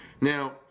Now